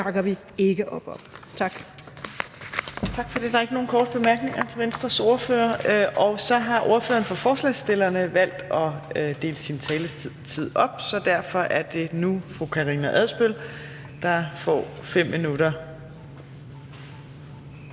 Tak for det. Der er ikke nogen korte bemærkninger til Venstres ordfører. Så har ordføreren for forslagsstillerne valgt at dele sin taletid op, og derfor er det nu fru Karina Adsbøl, der får 5 minutter.